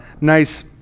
nice